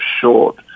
short